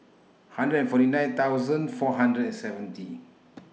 hundred and forty nine thousand four hundred and seventy